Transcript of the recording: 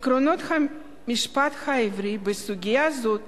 עקרונות המשפט העברי בסוגיה זאת